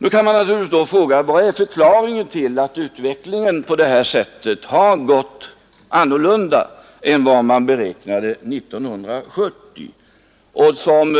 Nu kan man naturligtvis fråga: Vad är förklaringen till att utvecklingen på detta sätt har gått annorlunda än enligt beräkningarna 1970 och som